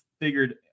figured